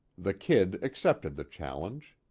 the kid accepted the challenge.